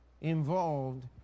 involved